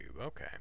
okay